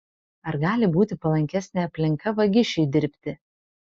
ar gali būti palankesnė aplinka vagišiui dirbti